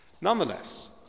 Nonetheless